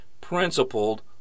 principled